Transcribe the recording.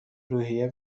روحیه